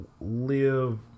live